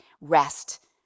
rest